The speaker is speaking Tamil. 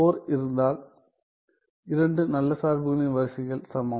IV இருந்தால் இரண்டு நல்ல சார்புகளின் வரிசைகள் சமம்